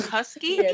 Husky